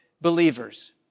believers